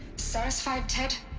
satisfied, ted?